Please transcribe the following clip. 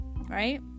Right